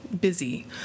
busy